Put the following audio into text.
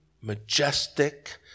majestic